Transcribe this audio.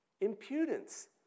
Impudence